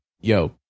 yo